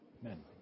Amen